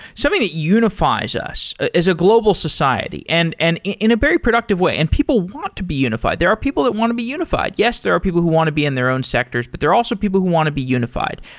something that unifies us as a global society and and in a very productive way. and people want to be unified. there are people that want to be unified. yes, there are people who want to be in their own sectors, but there are also people who want to be unified.